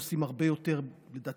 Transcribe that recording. עושים הרבה יותר מכמעט,